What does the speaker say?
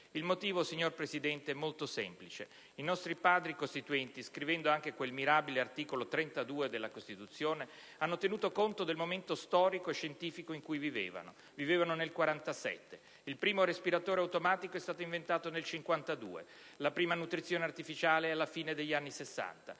Il motivo, signora Presidente, è molto semplice: i nostri Padri costituenti, scrivendo anche quel mirabile articolo 32 della Costituzione, hanno tenuto conto del momento storico e scientifico in cui vivevano; vivevano nel 1947. Il primo respiratore automatico è stato inventato nel 1952, la prima nutrizione artificiale alla fine degli anni '60: non